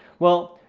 well,